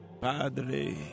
Padre